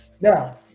Now